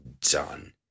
done